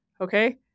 okay